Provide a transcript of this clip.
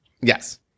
yes